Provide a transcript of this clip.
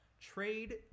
trade